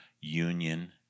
union